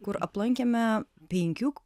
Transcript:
kur aplankėme penkių